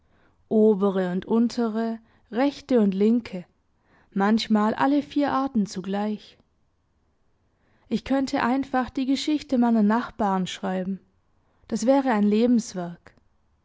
obere und untere rechte und linke manchmal alle vier arten zugleich ich könnte einfach die geschichte meiner nachbaren schreiben das wäre ein lebenswerk